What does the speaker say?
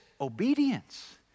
obedience